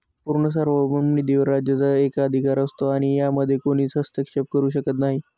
संपूर्ण सार्वभौम निधीवर राज्याचा एकाधिकार असतो आणि यामध्ये कोणीच हस्तक्षेप करू शकत नाही